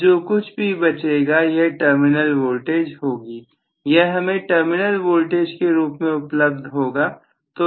अब जो कुछ भी बचेगा यह टर्मिनल वोल्टेज होगी यह हमें टर्मिनल वोल्टेज के रूप में उपलब्ध होगा